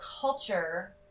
culture